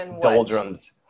doldrums